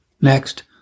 Next